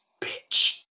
bitch